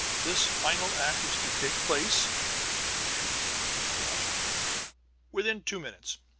this final act is to take place he glanced at his watch within two minutes.